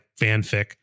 fanfic